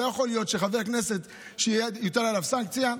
לא יכול להיות שחבר כנסת שתוטל עליו סנקציה,